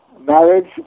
marriage